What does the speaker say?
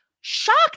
shocked